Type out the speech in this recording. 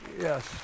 Yes